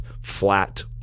flat